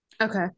Okay